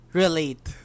relate